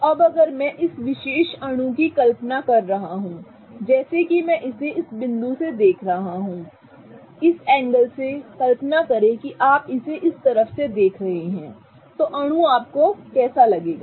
तो अब अगर मैं इस विशेष अणु की कल्पना कर रहा हूं जैसे कि मैं इसे इस बिंदु से देख रहा हूं इस एंगल से कल्पना करें कि आप इसे इस तरफ से देख रहे हैं तो अणु आपको कैसा लगेगा